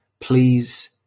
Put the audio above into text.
Please